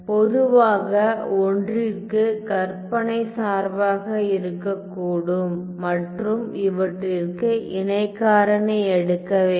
பொதுவாக I ற்க்கு கற்பனை சார்பாக இருக்கக்கூடும் மற்றும் இவற்றிற்கு இணைக்காரணி எடுக்க வேண்டும்